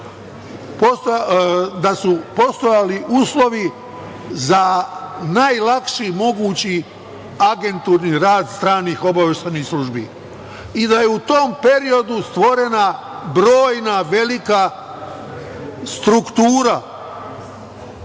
da su postojali uslovi za najlakši mogući agenturni rad stranih obaveštajnih službi i da je u tom periodu stvorena brojna velika struktura